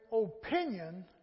opinion